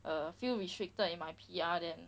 uh feel restricted in my P_R then